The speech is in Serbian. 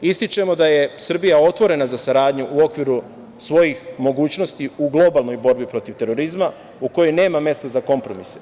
Ističemo da je Srbija otvorena za saradnju u okviru svojih mogućnosti u globalnoj borbi protiv terorizma u kojoj nema mesta za kompromise.